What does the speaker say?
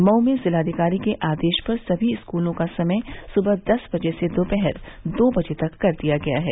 मऊ में जिलाधिकारी के आदेश पर सभी स्कूलों का समय सुबह दस बजे से दोपहर दो बजे तक कर दिया गया है